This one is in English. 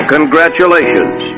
Congratulations